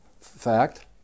fact